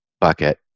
bucket